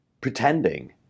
pretending